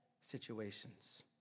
situations